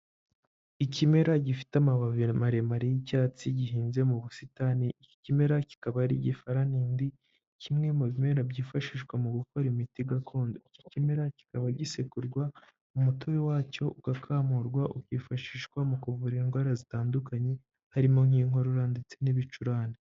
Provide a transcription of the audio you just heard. Ikimera gifite amababi maremare y'icyatsi gihinze mu busitani. Iki kimera kikaba ari igifaranindi, kimwe mu bimera byifashishwa mu gukora imiti gakondo. Iki kimera kikaba gisekurwa umutobe wacyo ugakamurwa, ukifashishwa mu kuvura indwara zitandukanye harimo nk'inkorora ndetse n'ibicurane.